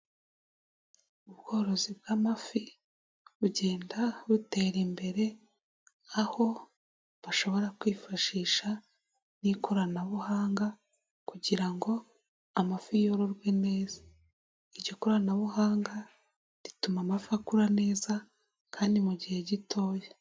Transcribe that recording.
Ubworozi bw'amafi, bugenda butera imbere, aho bashobora kwifashisha n'ikoranabuhanga kugira ngo amafi yororwe neza. Iryo koranabuhanga, rituma amafi akura neza, kandi mu gihe gitoya.